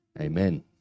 Amen